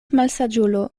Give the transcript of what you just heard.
malsaĝulo